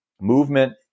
movement